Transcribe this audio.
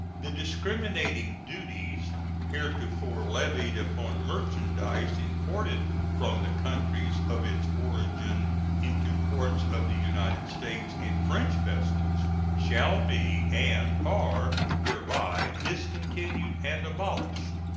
the discriminating duties heretofore levied upon merchandise imported from the countries of its origin into ports of the united states in french vessels shall be, and are hereby, discontinued and abolished.